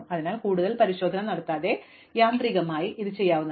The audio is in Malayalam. അതിനാൽ കൂടുതൽ പരിശോധന നടത്താതെ യാന്ത്രികമായി ഇത് പുറത്തുവരും